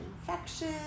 infection